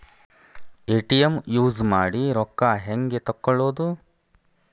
ATM use ಮಾಡಿ ರೊಕ್ಕ ಹೆಂಗೆ ತಕ್ಕೊಳೋದು?